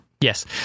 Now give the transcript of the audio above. yes